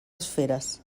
esferes